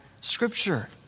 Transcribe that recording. scripture